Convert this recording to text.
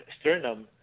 sternum